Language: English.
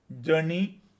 journey